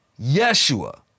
Yeshua